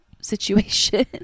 situation